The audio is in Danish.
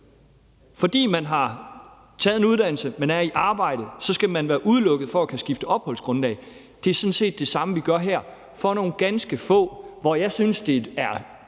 fordi man har taget en uddannelse og er i arbejde, skal man være udelukket fra skifte opholdsgrundlag. Og det er sådan set det, vi lovgiver om her for nogle ganske få. Jeg synes, det er